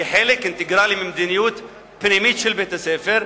כחלק אינטגרלי ממדיניות פנימית של בית-הספר,